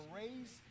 raise